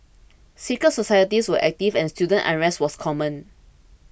secret societies were active and student unrest was common